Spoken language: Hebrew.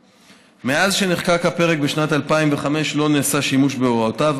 מאז נחקק הפרק בשנת 2005 לא נעשה שימוש בהוראותיו,